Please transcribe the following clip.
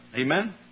Amen